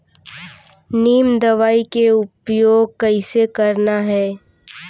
नीम दवई के उपयोग कइसे करना है?